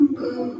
go